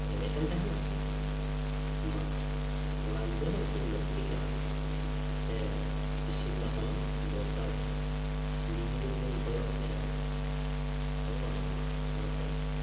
ᱨᱮᱸᱜᱮᱡ ᱛᱮᱢ ᱛᱟᱦᱮᱱᱟ ᱵᱟᱝ ᱠᱚᱲᱟ ᱜᱤᱫᱽᱨᱟᱹ ᱦᱚᱸ ᱤᱥᱤᱱ ᱞᱟᱹᱠᱛᱤ ᱠᱟᱱᱟ ᱥᱮ ᱤᱥᱤᱱ ᱵᱟᱥᱟᱝ ᱫᱚᱨᱠᱟᱨ ᱠᱟᱱᱟ ᱠᱩᱲᱤ ᱜᱤᱫᱽᱨᱟᱹ ᱡᱚᱫᱤᱢ ᱠᱚᱭᱚᱜ ᱠᱟᱭᱟ ᱛᱚᱵᱮ ᱵᱟᱝ ᱜᱟᱱᱚᱜᱼᱟ ᱚᱱᱟᱛᱮ